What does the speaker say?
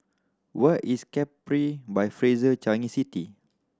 where is Capri by Fraser Changi City